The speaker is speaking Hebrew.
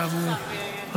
אגב --- כן,